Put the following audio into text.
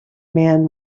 man